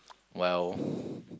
well